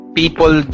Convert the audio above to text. people